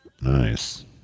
Nice